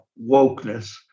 wokeness